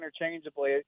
interchangeably